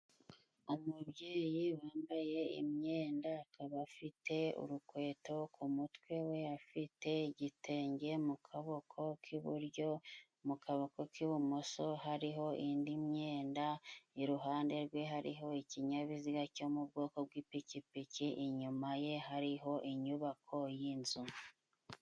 Umubyeyi wambaye imyenda akaba afite urukweto ku mutwe we, afite igitenge mu kaboko k'iburyo ,mu kaboko k'ibumoso hariho indi myenda, iruhande rwe hariho ikinyabiziga cyo mu bwoko bw'ipikipiki ,inyuma ye hariho inyubako y'inzu.